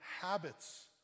habits